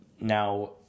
Now